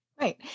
Right